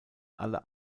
alle